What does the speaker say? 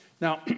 Now